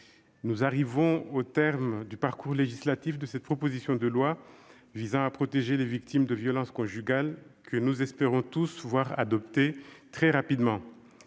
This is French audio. nous arrivons au terme du parcours législatif de cette proposition de loi visant à protéger les victimes de violences conjugales, que nous espérons tous voir adopter très rapidement.